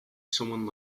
someone